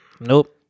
nope